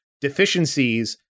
deficiencies